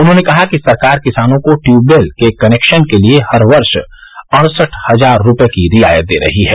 उन्होंने कहा कि सरकार किसानों को ट्यूबवेल के कनेक्शन के लिये हर वर्ष अड़सठ हजार रूपये की रियायत दे रही है